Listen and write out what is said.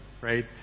right